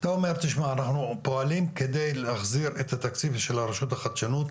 אתה אומר תשמע אנחנו פועלים על מנת להחזיר את התקציב של הרשות לחדשנות,